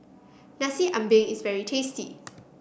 Nasi Ambeng is very tasty